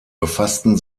befassten